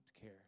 care